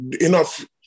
enough